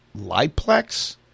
Liplex